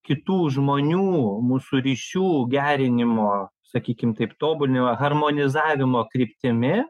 kitų žmonių mūsų ryšių gerinimo sakykim taip tobulinimo harmonizavimo kryptimi